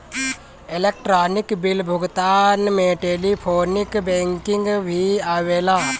electronic bill भुगतान में telephonic banking भी आवेला